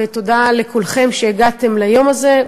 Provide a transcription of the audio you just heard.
ותודה לכולכם שהגעתם ליום הזה,